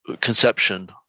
conception